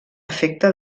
efecte